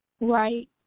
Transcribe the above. right